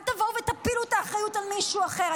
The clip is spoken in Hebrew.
אל תבואו ותפילו את האחריות על מישהו אחר.